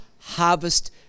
harvest